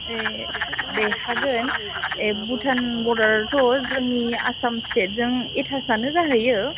ए दे हागोन ए भुटान बरदाराथ' जोंनि आसाम स्थेतजों एथासआनो जाहैयो